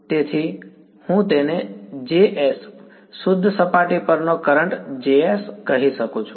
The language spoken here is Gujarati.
તેથી હું તેને Js શુદ્ધ સપાટી પરનો કરંટ Js કહી શકું છું